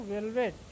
velvet